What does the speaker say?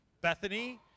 Bethany